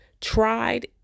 tried